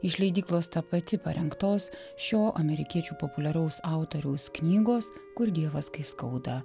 iš leidyklos tapati parengtos šio amerikiečių populiaraus autoriaus knygos kur dievas kai skauda